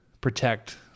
protect